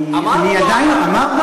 אמר או לא אמר?